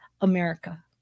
America